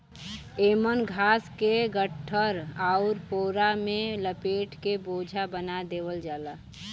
एमन घास के गट्ठर आउर पोरा में लपेट के बोझा बना देवल जाला